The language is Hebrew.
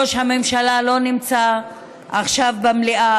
ראש הממשלה לא נמצא עכשיו במליאה,